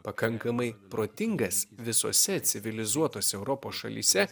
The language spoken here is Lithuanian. pakankamai protingas visose civilizuotose europos šalyse